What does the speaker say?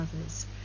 others